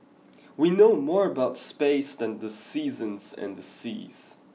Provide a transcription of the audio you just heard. we know more about space than the seasons and the seas